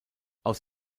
aus